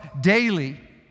daily